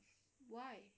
why